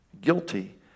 guilty